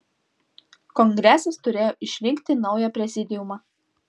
kongresas turėjo išrinkti naują prezidiumą